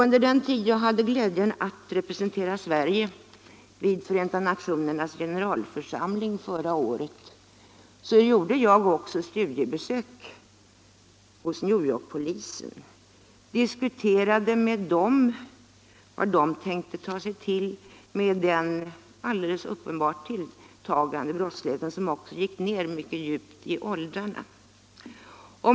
När jag förra året representerade Sverige i Förenta nationernas generalförsamling gjorde jag ett studiebesök hos New York-polisen och frågade vad man tänkte ta sig till med den alldeles uppenbart tilltagande brottsligheten, som också gick ned mycket långt i åldrarna.